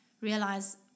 realize